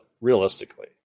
realistically